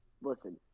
Listen